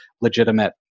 legitimate